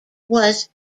was